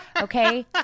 okay